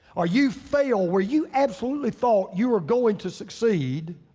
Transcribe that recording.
or you fail, where you absolutely thought you were going to succeed